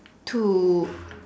to